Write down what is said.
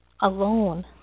alone